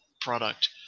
product